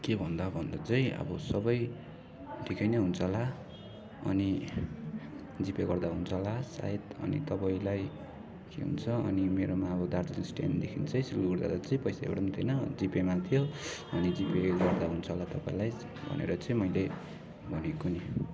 के भन्दा भन्दा चाहिँ अब सबै ठिकै नै हुन्छ होला अनि जिपे गर्दा हुन्छ होला सायद अनि तपाईँलाई के हुन्छ अनि मेरोमा अब दार्जिलिङ स्ट्यान्डदेखि चाहिँ सिलगढी जाँदा चाहिँ पैसा एउटा पनि थिएन जिपेमा थियो अनि जिपे गर्दा हुन्छ होला तपाईँलाई भनेर चाहिँ मैले भनेको नि